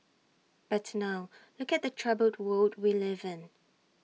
but now look at the troubled world we live in